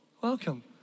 welcome